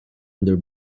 under